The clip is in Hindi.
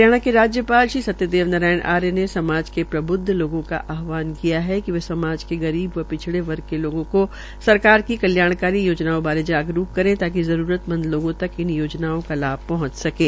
हरियाणा के राज्यपाल श्री सत्यदेव नारायण आर्य ने समाज के प्रबुद्ध लोगों का आहवान किया है कि वे समाज के गरीब व पिछड़े वर्ग के लोगों का सरकार की कल्याणकारी योजनाओं बारे जागरूक करे ताकि जरूरतमंद लोगों तक इन योजनाओं का लाभ पहंच सें